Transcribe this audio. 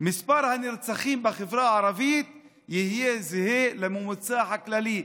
מספר הנרצחים בחברה הערבית יהיה זהה לממוצע הכללי.